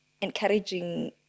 encouraging